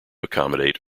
accommodate